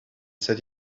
set